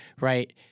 Right